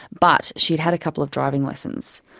but she had had a couple of driving lessons.